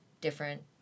different